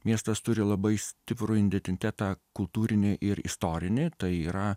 miestas turi labai stiprų identitetą kultūrinį ir istorinį tai yra